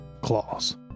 claws